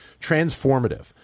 transformative